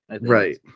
Right